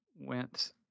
went